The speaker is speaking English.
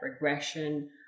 regression